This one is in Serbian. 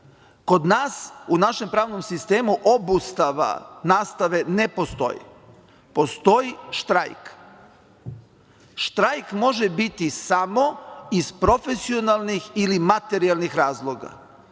kod nas u našem pravnom sistemu obustava nastave ne postoji, postoji štrajk. Štrajk može biti samo iz profesionalnih ili materijalnih razloga